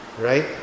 Right